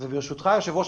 ברשותך היו"ר,